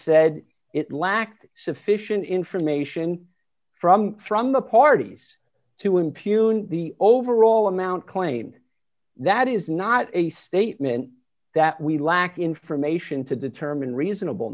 said d it lacked sufficient information from from the parties to impugn the overall amount claimed that is not a statement that we lack information to determine reasonable